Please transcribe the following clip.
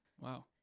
Wow